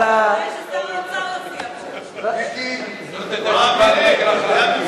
השר איתן, ששר האוצר יופיע פה.